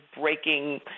breaking